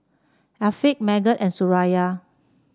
Afiq Megat and Suraya